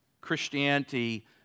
Christianity